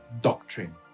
doctrine